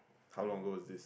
how long go is this